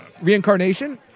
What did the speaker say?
reincarnation